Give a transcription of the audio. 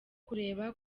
kureba